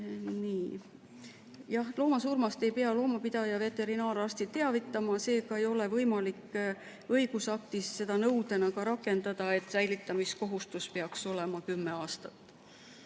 Jah, looma surmast ei pea loomapidaja veterinaararsti teavitama, seega ei ole võimalik ka õigusaktis nõudena rakendada seda, et säilitamiskohustus peaks olema kümme aastat.